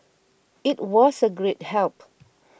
it was a great help